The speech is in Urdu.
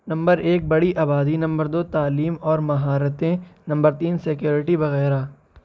نمبر ایک بڑی آبادی نمبر دو تعلیم اور مہارتیں نمبر تین سیکیورٹی وغیرہ